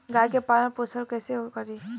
गाय के पालन पोषण पोषण कैसे करी?